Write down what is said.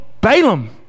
Balaam